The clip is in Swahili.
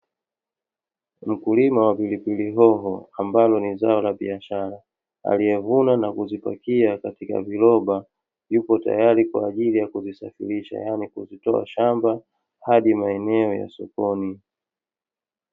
Mkulima wa pilipili hoho ambalo ni zao la biashara aliyevuna na kuzipakia katika viroba ,yuko tayari kwa ajili ya kuzisafirisha yaani kuzitoa shamba hadi maeneo ya sokoni.